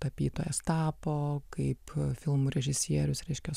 tapytojas tapo kaip filmų režisierius reiškia